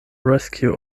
rescue